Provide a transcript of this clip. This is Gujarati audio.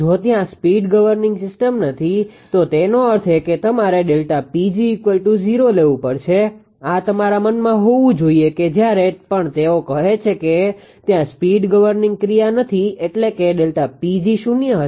જો ત્યાં સ્પીડ ગવર્નીંગ સિસ્ટમ નથી તો તેનો અર્થ એ કે તમારે ΔPg0 લેવું પડશે આ તમારા મનમાં હોવું જોઈએ કે જ્યારે પણ તેઓ કહે છે કે ત્યાં સ્પીડ ગવર્નીંગ ક્રિયા નથી એટલે કે ΔPg શૂન્ય હશે